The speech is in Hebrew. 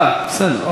בסדר.